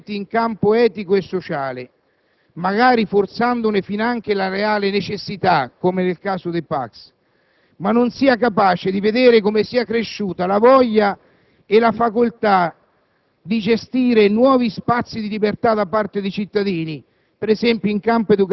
il fatto che la maggioranza, attualmente al Governo, avverta tutti i cambiamenti in campo etico e sociale, magari forzandone finanche la reale necessità, come nel caso dei PACS, ma non sia capace di vedere come sia cresciuta la voglia e la facoltà